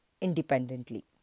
independently